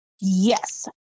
Yes